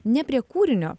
ne prie kūrinio